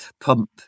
pump